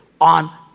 on